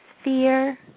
sphere